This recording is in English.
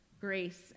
grace